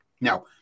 Now